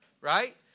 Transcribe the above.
right